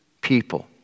people